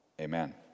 Amen